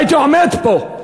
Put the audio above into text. לא הייתי עומד פה,